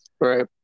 Right